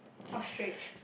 ostrich